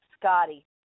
Scotty